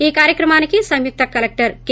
ఈ కార్యక్రమానికి సంయుక్త కలెక్షర్ కె